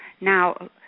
now